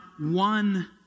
one